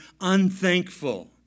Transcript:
unthankful